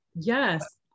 Yes